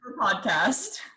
podcast